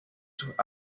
sus